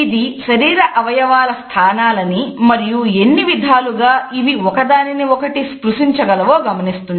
ఇది శరీర అవయవాల స్థానాలని మరియు ఎన్నివిధాలుగా ఇవి ఒకదానినొకటి స్పృశించగలవో గమనిస్తుంది